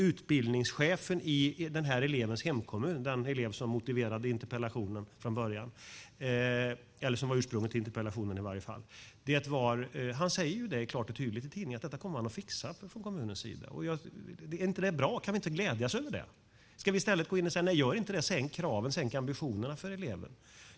Utbildningschefen i den elevens hemkommun, den elev som var ursprunget till interpellationen, säger klart och tydligt i tidningarna att man kommer att fixa detta från kommunens sida. Är inte det bra? Kan vi inte glädjas över det? Eller ska vi i stället gå in och säga att de ska sänka kraven och ambitionerna för eleverna?